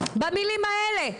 במילים האלה,